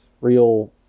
real